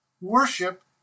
Worship